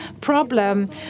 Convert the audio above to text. problem